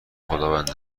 خداوند